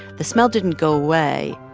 the smell didn't go away.